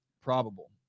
probable